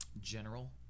general